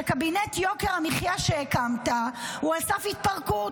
היום שמענו שקבינט יוקר המחיה שהקמת הוא על סף התפרקות,